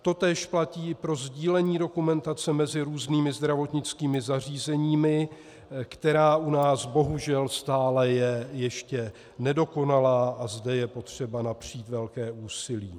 Totéž platí pro sdílení dokumentace mezi různými zdravotnickými zařízeními, která je u nás bohužel stále ještě nedokonalá, a zde je potřeba napřít velké úsilí.